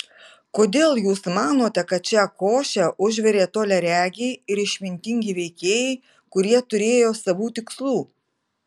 kodėl jūs manote kad šią košę užvirė toliaregiai ir išmintingi veikėjai kurie turėjo savų tikslų